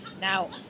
Now